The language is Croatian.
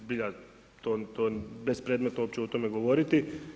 Zbilja to je bespredmetno uopće o tome govoriti.